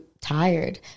tired